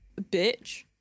bitch